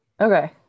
okay